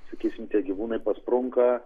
sakysim tie gyvūnai pasprunka